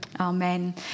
Amen